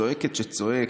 צועק את שצועק,